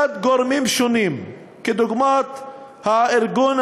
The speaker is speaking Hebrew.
כדוגמת הארגון